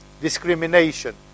Discrimination